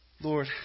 Lord